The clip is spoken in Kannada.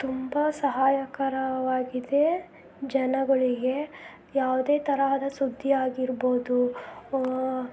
ತುಂಬ ಸಹಾಯಕರವಾಗಿದೆ ಜನಗಳಿಗೆ ಯಾವುದೇ ತರಹದ ಸುದ್ದಿ ಆಗಿರ್ಬೋದು